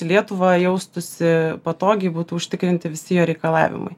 į lietuvą jaustųsi patogiai būtų užtikrinti visi jo reikalavimai